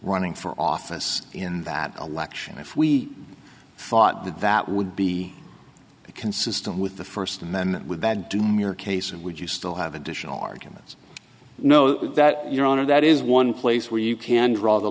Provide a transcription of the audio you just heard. running for office in that election if we thought that that would be consistent with the first and then would that do me a case and would you still have additional arguments no that your honor that is one place where you can draw the